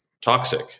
toxic